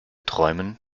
träumen